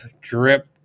drip